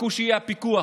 חכו שיהיה הפיקוח.